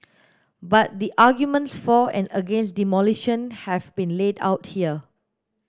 but the arguments for and against demolition have been laid out here